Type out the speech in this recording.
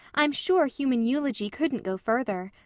i'm sure human eulogy couldn't go further.